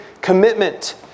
commitment